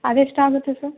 ಅದೆಷ್ಟಾಗುತ್ತೆ sir